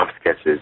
sketches